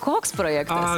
koks projektas